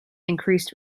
increased